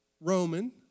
Roman